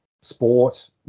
sport